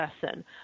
person